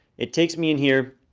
it takes me in here